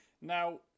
Now